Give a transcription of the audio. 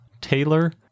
Taylor